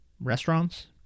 restaurants